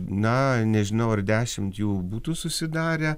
na nežinau ar dešimt jų būtų susidarę